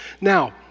Now